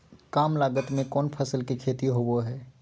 काम लागत में कौन फसल के खेती होबो हाय?